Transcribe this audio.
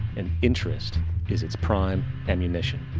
and interest is its prime ammunition.